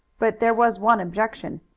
but there was one objection.